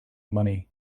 money